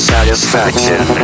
Satisfaction